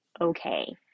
okay